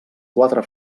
quatre